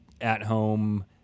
at-home